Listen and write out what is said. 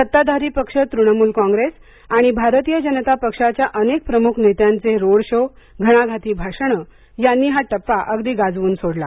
सत्ताधारी पक्ष तृणमूल कॉग्रेस आणि भारतीय जनतापक्षाच्या अनेक प्रमुख नेत्यांचे रोड शो घणाघाती भाषणे यांनी हा टप्पा अगदीगाजवून सोडला